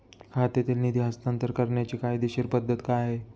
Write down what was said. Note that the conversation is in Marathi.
खात्यातील निधी हस्तांतर करण्याची कायदेशीर पद्धत काय आहे?